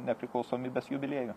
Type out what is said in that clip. nepriklausomybės jubiliejų